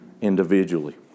individually